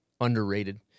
underrated